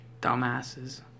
Dumbasses